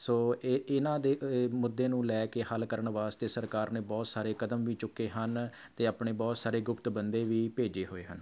ਸੋ ਇਹ ਇਨ੍ਹਾਂ ਦੇ ਅ ਮੁੱਦੇ ਨੂੰ ਲੈ ਕੇ ਹੱਲ ਕਰਨ ਵਾਸਤੇ ਸਰਕਾਰ ਨੇ ਬਹੁਤ ਸਾਰੇ ਕਦਮ ਵੀ ਚੁੱਕੇ ਹਨ ਅਤੇ ਆਪਣੇ ਬਹੁਤ ਸਾਰੇ ਗੁਪਤ ਬੰਦੇ ਵੀ ਭੇਜੇ ਹੋਏ ਹਨ